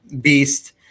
Beast